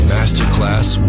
Masterclass